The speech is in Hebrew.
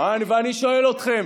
ואני שואל אתכם,